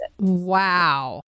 Wow